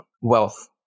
wealth